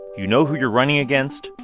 you know who you're running against,